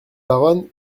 baronne